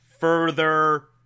Further